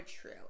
true